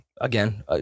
Again